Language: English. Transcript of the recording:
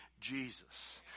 Jesus